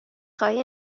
خواهی